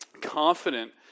Confident